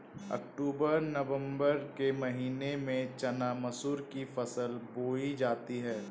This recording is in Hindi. अक्टूबर नवम्बर के महीना में चना मसूर की फसल बोई जाती है?